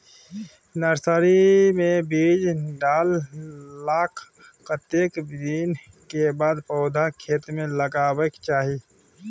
Nursery मे बीज डाललाक कतेक दिन के बाद पौधा खेत मे लगाबैक चाही?